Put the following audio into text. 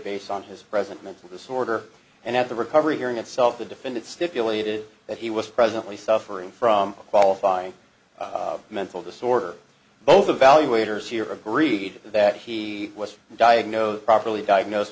based on his present mental disorder and at the recovery hearing itself the defendant stipulated that he was presently suffering from a qualifying mental disorder both of value waiters here agreed that he was diagnosed properly diagnosed